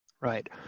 Right